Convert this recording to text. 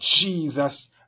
Jesus